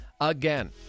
again